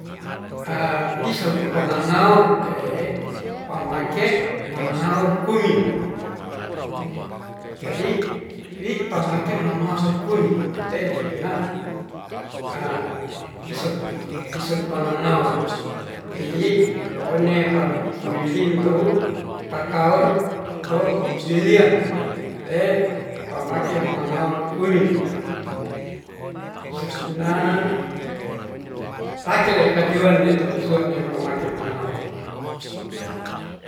pisong pangangaur te'e pamake mangaur kumi jadi wi pamake mangaur kumi te tukuna pisong pangangaur ti'i one pa puwiwil too kakaur to wilian te pamake managur kumi suna rakele kajuan neto pamake mangaur.